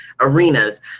arenas